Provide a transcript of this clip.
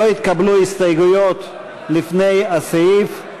לא התקבלו הסתייגויות לפני הסעיף.